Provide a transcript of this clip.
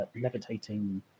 levitating